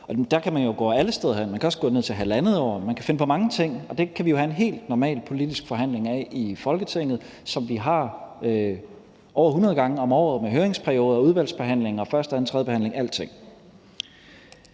man kan også gå ned til 1½ år, man kan finde på mange ting, og det kan vi have en helt almindelig politisk forhandling om i Folketinget, som vi har over 100 gange om året, med høringsperiode og udvalgsbehandling og første, anden og tredje behandling